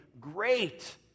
great